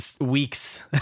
weeks